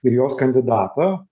ir jos kandidatą